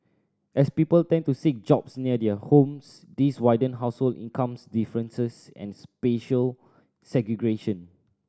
as people tend to seek jobs near their homes this widen household incomes differences and spatial segregation